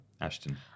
ashton